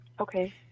okay